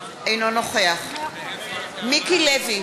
אינו נוכח מיקי לוי,